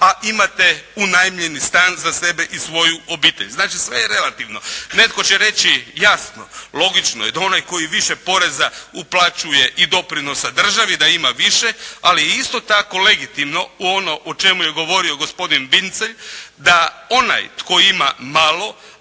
a imate unajmljeni stan za sebe i svoju obitelj. Znači, sve je relativno. Netko će reći jasno, logično je da onaj koji više poreza uplaćuje i doprinosa državi da ima više, ali je isto tako legitimno u ono o čemu je govorio gospodin Vincelj da onaj tko ima malo,